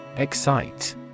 Excite